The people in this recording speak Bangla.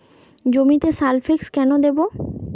জমিতে সালফেক্স কেন দেবো?